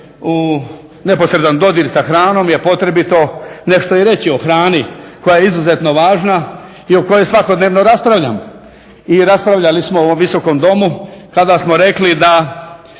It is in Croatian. u neposredan dodir sa hranom je potrebito nešto i reći o hrani koja je izuzetno važna i o kojoj svakodnevno raspravljamo i raspravljali smo u ovom Visokom domu kada smo rekli da